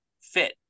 fit